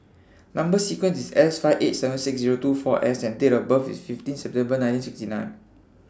Number sequence IS S five eight seven six Zero two four S and Date of birth IS fifteen September nineteen sixty nine